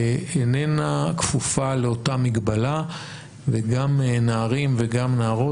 איננה כפופה לאותה מגבלה וגם נערים וגם נערות